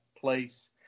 place